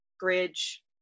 bridge